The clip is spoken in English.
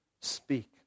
speak